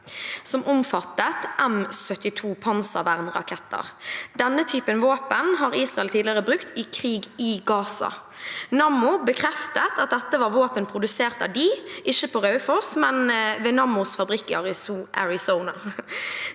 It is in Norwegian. som omfattet M72 panservernraketter. Denne typen våpen har Israel tidligere brukt i krig i Gaza. Nammo bekreftet at dette var våpen produsert av dem – ikke på Raufoss, men ved Nammos fabrikk i Arizona.